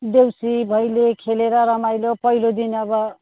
देउसी भैलो खेलेर रमाइलो पहिलो दिन अब